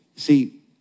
See